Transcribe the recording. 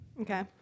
Okay